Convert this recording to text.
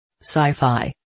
Sci-fi